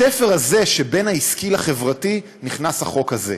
בתפר הזה שבין העסקי לחברתי נכנס החוק הזה.